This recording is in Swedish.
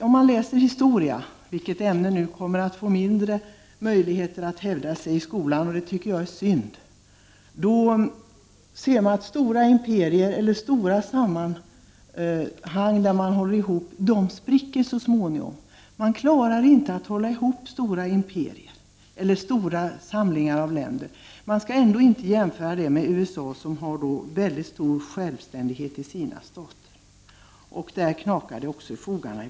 Om man läser historia — ett ämne som nu kommer att få mindre möjligheter att hävda sig i skolan, vilket jag tycker är synd — ser man att stora imperier eller stora sammanhållna enheter så småningom spricker; man klarar inte att hålla ihop stora imperier eller stora sammanslutningar av länder. Detta skall inte jämföras med USA, vars stater ändå har ett mycket stort mått av självständighet. Men även där knakar det ibland i fogarna.